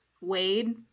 Wade